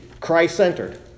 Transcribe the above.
Christ-centered